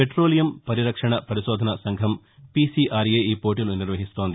petroleum పరిరక్షణ పరిశోధన సంఘం పిసిఆర్ఏ ఈ పోటీలు నిర్వహిస్తోంది